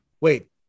Wait